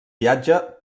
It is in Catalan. viatge